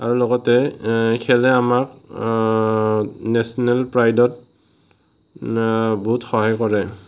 আৰু লগতে খেলে আমাক নেশ্যনেল প্ৰাইডত বহুত সহায় কৰে